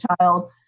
child